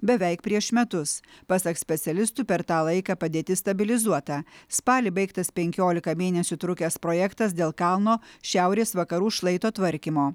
beveik prieš metus pasak specialistų per tą laiką padėtis stabilizuota spalį baigtas penkiolika mėnesių trukęs projektas dėl kalno šiaurės vakarų šlaito tvarkymo